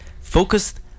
focused